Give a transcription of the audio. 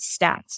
stats